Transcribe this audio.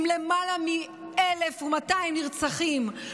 עם למעלה מ-1,200 נרצחים,